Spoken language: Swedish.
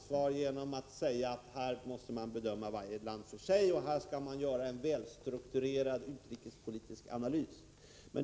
Hur bedömer statsrådet effekterna på den svenska skoindustrin av den nu pågående tjeckiska säljoffensiven?